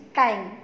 time